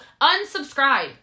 Unsubscribe